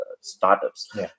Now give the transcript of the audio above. startups